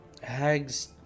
Hags